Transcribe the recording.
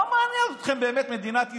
לא מעניינת אתכם באמת מדינת ישראל,